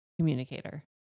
communicator